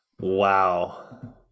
wow